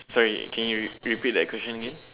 sorry can you repeat that question again